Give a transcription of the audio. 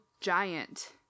giant